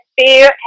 fear